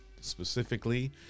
specifically